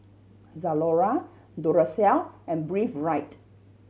Zalora Duracell and Breathe Right